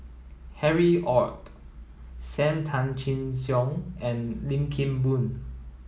Harry Ord Sam Tan Chin Siong and Lim Kim Boon